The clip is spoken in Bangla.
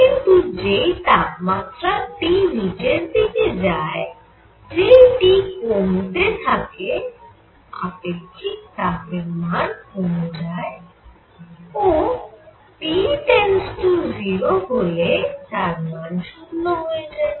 কিন্তু যেই তাপমাত্রা T নিচের দিকে যায় যেই T কমতে থাকে আপেক্ষিক তাপের মান কমে যায় ও T 0 হলে তার মান 0 হয়ে যায়